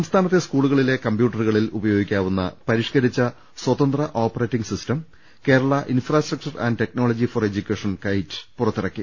് സംസ്ഥാനത്തെ സ്കൂളുകളിലെ കമ്പ്യൂട്ടറുകളിൽ ഉപയോഗിക്കാവുന്ന പരിഷ്കരിച്ച സ്വതന്ത്ര operating system Kerala infrastructure and technology for education KITE പുറത്തിറക്കി